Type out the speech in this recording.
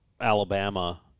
Alabama